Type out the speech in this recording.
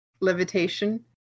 Levitation